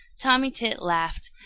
tommy tit laughed.